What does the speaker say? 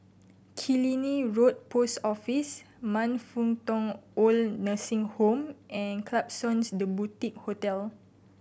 Killiney Road Post Office Man Fut Tong OId Nursing Home and Klapsons The Boutique Hotel